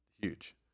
huge